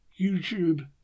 YouTube